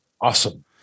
awesome